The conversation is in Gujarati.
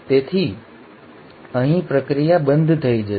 તેથી અહીં પ્રક્રિયા બંધ થઈ જશે